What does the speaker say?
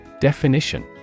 Definition